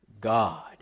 God